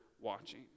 watching